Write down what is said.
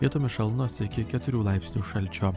vietomis šalnos iki keturių laipsnių šalčio